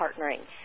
partnering